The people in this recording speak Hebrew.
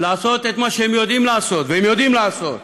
לעשות את מה שהם יודעים לעשות, והם יודעים לעשות,